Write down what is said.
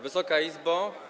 Wysoka Izbo!